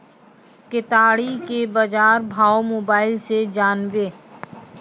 केताड़ी के बाजार भाव मोबाइल से जानवे?